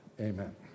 Amen